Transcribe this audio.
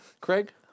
Craig